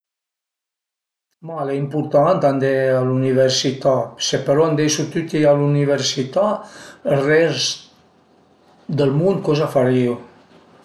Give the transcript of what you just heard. Ma al e impurtant andé a l'üniversità, se però andeisu tüti a l'üniversità ël rest dël mund coza a farìu?